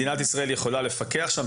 מדינת ישראל יכולה לפקח שם,